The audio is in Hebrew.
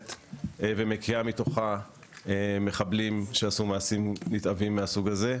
ומקיאה מתוכה מחבלים שעשו מעשים נתעבים מהסוג הזה,